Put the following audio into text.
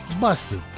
busted